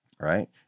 Right